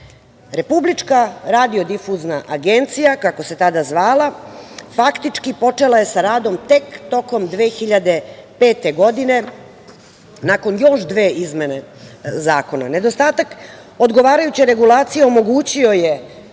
Republička radio-difuzna agencija, kako se tada zvala, faktički počela je sa radom tek tokom 2005. godine nakon još dve izmene zakona. Nedostatak odgovarajuće regulacije omogućio je